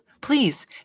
please